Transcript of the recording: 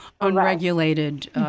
unregulated